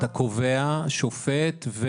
אתה קובע ושופט.